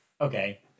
Okay